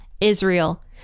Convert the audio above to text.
Israel